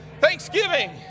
thanksgiving